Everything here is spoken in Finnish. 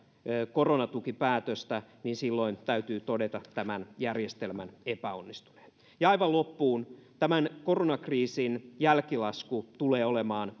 koronatukipäätöstä silloin täytyy todeta tämän järjestelmän epäonnistuneen aivan loppuun tämän koronakriisin jälkilasku tulee olemaan